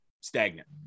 stagnant